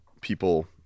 people